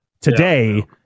today